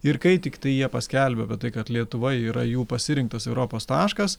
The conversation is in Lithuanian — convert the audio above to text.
ir kai tiktai jie paskelbia apie tai kad lietuva yra jų pasirinktas europos taškas